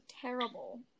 terrible